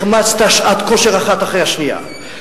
החמצת שעת כושר אחת אחרי השנייה,